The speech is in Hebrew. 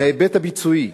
מההיבט הביצועי,